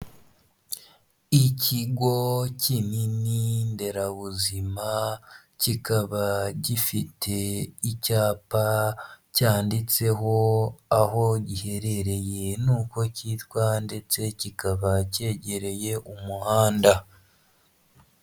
Ikigo kinini nderabuzima kikaba gifite icyapa cyanditseho, aho giherereye n'uko kitwa ndetse kikaba cyegereye umuhanda.